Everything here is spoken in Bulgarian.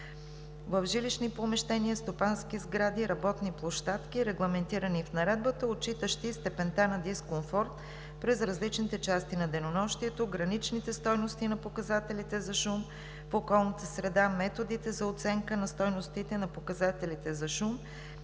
в жилищни помещения, стопански сгради и работни площадки, регламентирани в Наредбата, отчитащи степента на дискомфорт през различните части на денонощието, граничните стойности на показателите за шум в околната среда, методите за оценка на стойностите на показателите за шум